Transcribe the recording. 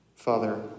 Father